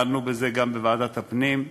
דנו בזה גם בוועדת הפנים.